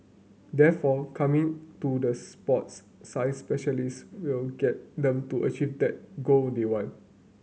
therefore coming to the sports science specialists will get them to achieve that goal they want